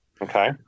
okay